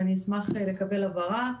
ואני אשמח לקבל הבהרה.